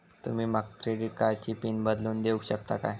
तुमी माका क्रेडिट कार्डची पिन बदलून देऊक शकता काय?